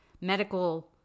medical